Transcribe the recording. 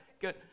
good